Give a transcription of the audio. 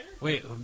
Wait